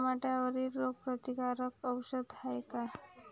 टमाट्यावरील रोग प्रतीकारक औषध हाये का?